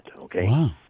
okay